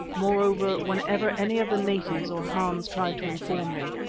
moreover, whenever any of the natives or hans tried to inform me,